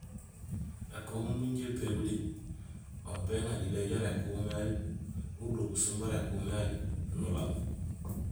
Ēkuhuum bunja épéguli, aw béŋaar jilé jara ékuhuum yayu urudo busuun bara ékuhuum yayu nulaaw.